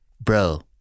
bro